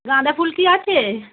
গাঁদা ফুল কি আছে